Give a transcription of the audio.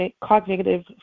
cognitive